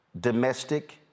domestic